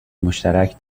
مشترک